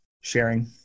sharing